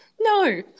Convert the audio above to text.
No